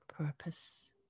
purpose